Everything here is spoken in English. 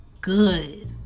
good